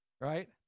right